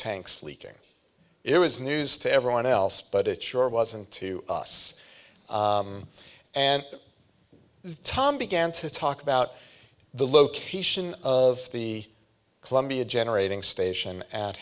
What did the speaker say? tanks leaking it was news to everyone else but it sure wasn't to us and tom began to talk about the location of the columbia generating station at